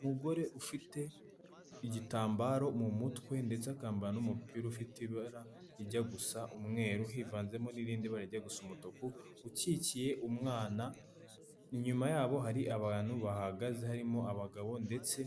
Umugore ufite igitambaro mu mutwe ndetse akambara n'umupira ufite ibara rijya gusa umweru, hivanzemo n'irindi bara rijya gusa umutuku, ukikiye umwana, inyuma yabo hari abantu bahahagaze harimo abagabo ndetse